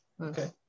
okay